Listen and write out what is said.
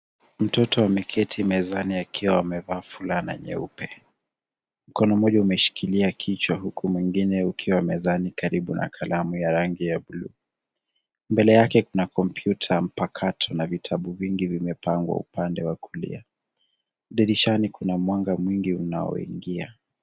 Mtoto ameketi mezani akiwa amevaa fulana nyeupe. Mkono moja umeshikilia kichwa huku mwingine ukiwa mezani karibu na kalamu tya rangi ya buluu. Mbele yake kuna kompyuta mpakato na vitabu vingi vimepangwa upande wa kulia. Dirishani kuna mwanga mwingi unaoingia.